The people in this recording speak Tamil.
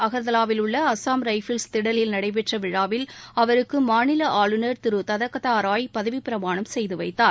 அகர்தலாவில் உள்ள அஸ்ஸாம் ரைஃபிள்ஸ் திடலில் நடைபெற்ற விழாவில் அவருக்கு மாநில ஆளுநர் திரு ததகதா ராய் பதவிப்பிரமாணம் செய்துவைத்தார்